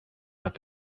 have